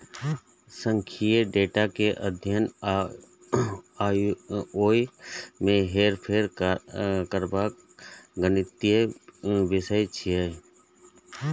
सांख्यिकी डेटा के अध्ययन आ ओय मे हेरफेर करबाक गणितीय विषय छियै